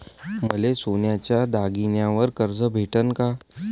मले सोन्याच्या दागिन्यावर कर्ज भेटन का?